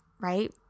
right